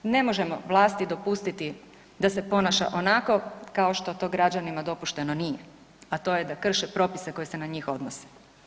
Ne možemo vlasti dopustiti da se ponaša onako kako to građanima dopušteno nije, a to je da krše propise koji se na njih odnose.